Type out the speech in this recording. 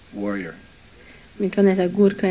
warrior